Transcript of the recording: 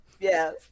yes